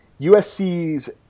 USC's